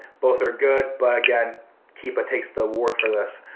both are good but again keepa takes the award for this.